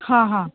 हां हां